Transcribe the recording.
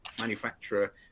manufacturer